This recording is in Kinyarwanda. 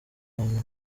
abantu